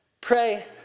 pray